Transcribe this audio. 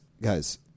guys